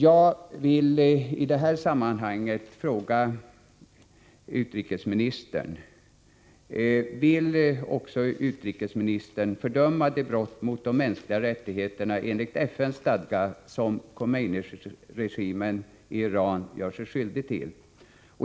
Jag vill i det här sammanhanget fråga utrikesministern: Vill också utrikesministern fördöma de brott mot de mänskliga rättigheterna enligt FN:s stadga som Khomeini-regimen gör sig skyldig till?